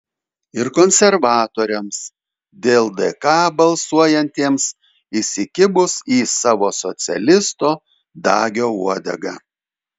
ir konservatoriams dėl dk balsuojantiems įsikibus į savo socialisto dagio uodegą